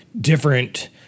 different